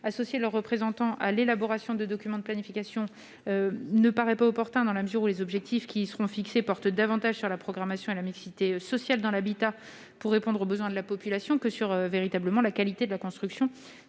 Associer leurs représentants à l'élaboration de documents de planification ne me paraît pas opportun, dans la mesure où les objectifs qui seront définis portent davantage sur la programmation et la mixité sociale dans l'habitat, destinés à répondre aux besoins de la population, que sur la qualité de la construction,